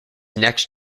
next